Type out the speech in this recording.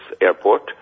Airport